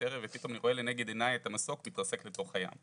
ערב ופתאום אני רואה לנגד עיניי את המסוק מתרסק לתוך הים.